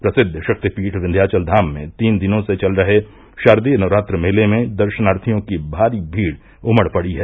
प्रसिद्व शक्तिपीठ विन्याचल धाम में तीन दिनो से चल रहे शारदीय नक्रात्र मेले मे दर्शनार्थियों की भारी भीड़ उमड़ रही है